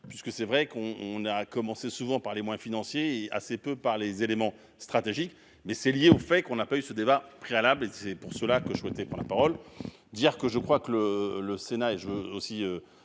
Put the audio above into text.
puisque c'est vrai qu'on, on a commencé, souvent par les moins financier et assez peu par les éléments stratégiques mais c'est lié au fait qu'on n'a pas eu ce débat préalable et c'est pour cela que je souhaitais pas la parole. Dire que je crois que le le Sénat et je veux aussi